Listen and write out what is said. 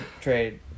trade